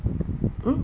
mm